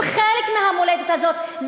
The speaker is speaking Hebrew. הם חלק מהמולדת הזאת.